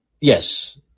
yes